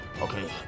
okay